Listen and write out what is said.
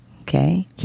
Okay